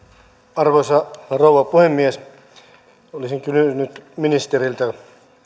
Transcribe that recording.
arvoisa rouva puhemies olisin kysynyt ministeriltä